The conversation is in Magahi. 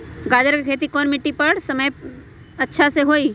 गाजर के खेती कौन मिट्टी पर समय अच्छा से होई?